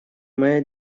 моя